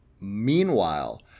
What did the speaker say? meanwhile